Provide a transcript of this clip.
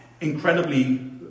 incredibly